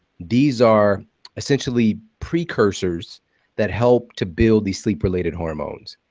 these are essentially precursors that help to build these sleep related hormones.